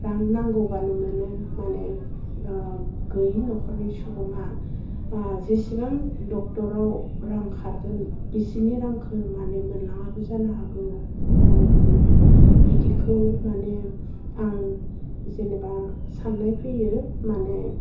रां नांगौबानो मोनो मानि गैयै नखरनि सुबुङा ओह जेसेबां डक्टराव रां खारगोन बेसिनि रांखौ मानि मोनलाङाबो जानो हागौ माने बिदिखौ माने आं जेनोबा सान्नाय फैयो माने